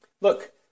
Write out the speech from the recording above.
Look